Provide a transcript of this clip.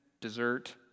dessert